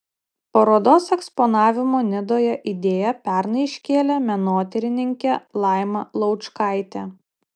parodos eksponavimo nidoje idėją pernai iškėlė menotyrininkė laima laučkaitė